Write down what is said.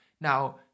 Now